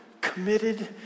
committed